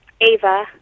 Ava